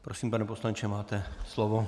Prosím, pane poslanče, máte slovo.